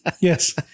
yes